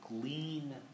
Glean